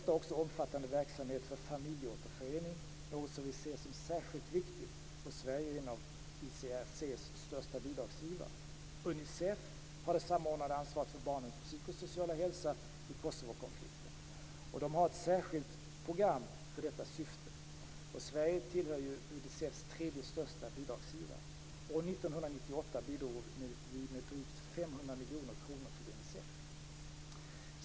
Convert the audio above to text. ICRC har också omfattande verksamhet för familjeåterförening, något som vi ser som särskilt viktigt, och Sverige är en av ICRC:s största bidragsgivare. · Unicef har det samordnande ansvaret för barns psykosociala hälsa i Kosovokonflikten. Organisationen har utarbetat ett särskilt program i detta syfte. Sverige tillhör Unicefs tre största bidragsgivare. År 1998 bidrog vi med drygt 500 miljoner kronor till organisationen.